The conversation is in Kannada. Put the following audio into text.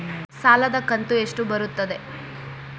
ಸಾಲದ ಕಂತು ಎಷ್ಟು ಬರುತ್ತದೆ?